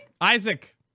Isaac